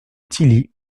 tilly